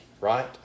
right